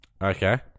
Okay